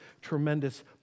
tremendous